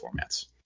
formats